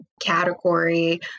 category